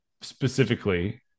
specifically